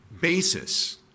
basis